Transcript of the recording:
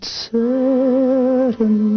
certain